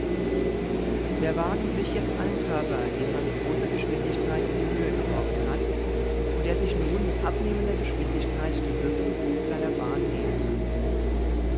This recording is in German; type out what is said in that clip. der wagen glich jetzt einem körper den man mit großer geschwindigkeit in die höhe geworfen hat und der sich nun mit abnehmender geschwindigkeit dem höchsten punkt seiner bahn nähert